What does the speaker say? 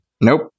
nope